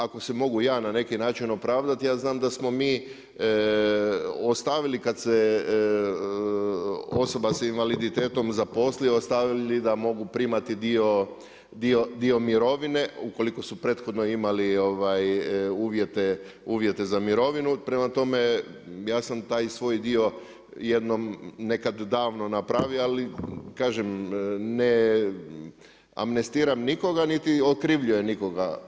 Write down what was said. Ako se mogu ja na neki način opravdati, ja znam da smo mi ostavili kad se osoba s invaliditetom zaposlila, ostavili da mogu primati dio mirovine ukoliko su prethodno imali uvjete za mirovinu prema tome, ja sam taj svoj dio jednom nekad davno napravio, ali kažem, ne amnestiram nikoga niti okrivljujem nikoga.